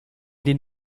den